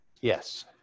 Yes